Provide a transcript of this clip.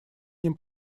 ним